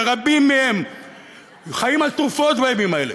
רבים מהם חיים על תרופות בימים האלה,